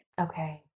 Okay